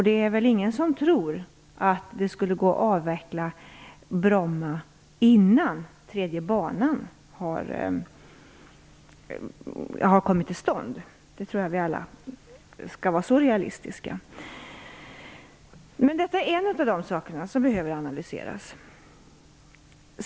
Det är väl ingen som tror att det skulle gå att avveckla Bromma innan tredje banan har kommit till stånd? Jag tror att vi alla skall vara så realistiska. Detta är en av de saker som behöver analyseras.